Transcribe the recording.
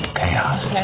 chaos